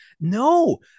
No